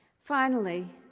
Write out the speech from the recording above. finally,